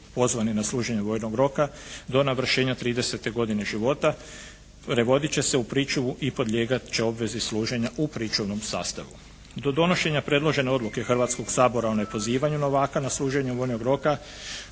da se odlukom o nepozivanju novaka na služenje vojnog roka